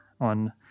on